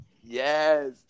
yes